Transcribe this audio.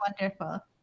Wonderful